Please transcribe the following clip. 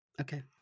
Okay